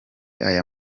aya